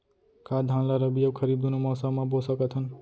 का धान ला रबि अऊ खरीफ दूनो मौसम मा बो सकत हन?